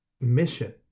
mission